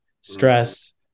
stress